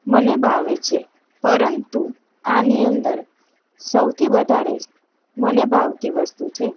મને ભાવે છે પરંતુ આની અંદર સૌથી વધારે જ મને ભાવતી વસ્તુ છે